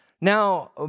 Now